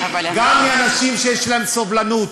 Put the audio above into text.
גם של אנשים שיש להם סובלנות,